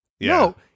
No